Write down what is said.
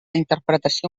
interpretació